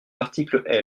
l’article